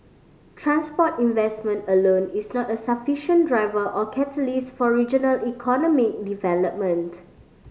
transport investment alone is not a sufficient driver or catalyst for regional economy development